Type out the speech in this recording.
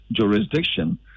jurisdiction